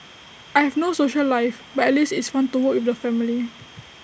I have no social life but at least it's fun to work with the family